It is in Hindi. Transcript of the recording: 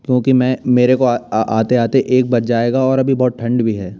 क्योंकि मैं मेरे को आते आते एक बज जाएगा और अभी बहुत ठंड भी है